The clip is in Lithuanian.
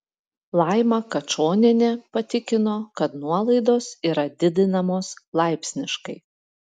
laima kačonienė patikino kad nuolaidos yra didinamos laipsniškai